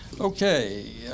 okay